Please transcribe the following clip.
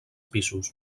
pisos